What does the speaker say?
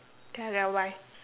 okay ah okay ah bye bye